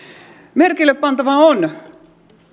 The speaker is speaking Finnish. merkille pantavaa on